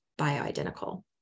bioidentical